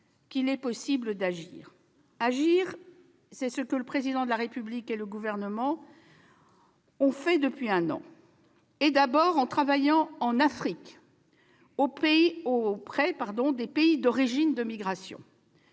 constat objectif. Agir, c'est ce que le Président de la République et le Gouvernement ont fait depuis un an en travaillant en Afrique, auprès des pays d'origine des migrations.